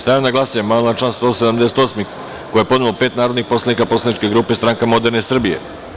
Stavljam na glasanje amandman na član 178. koji je podnelo pet narodnih poslanika poslaničke grupe Stranka moderne Srbije.